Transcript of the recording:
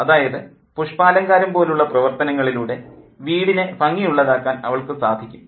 അതായത് പുഷ്പാലങ്കാരം പോലുള്ള പ്രവർത്തനങ്ങളിലൂടെ വീടിനെ ഭംഗിയുള്ളതാക്കാൻ അവൾക്ക് സാധിക്കും